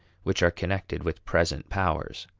which are connected with present powers.